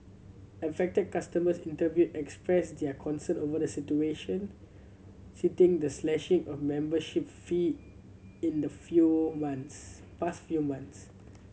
affected customers interviewed expressed their concern over the situation citing the slashing of membership fee in the few months past few months